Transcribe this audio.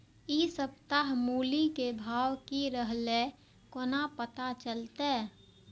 इ सप्ताह मूली के भाव की रहले कोना पता चलते?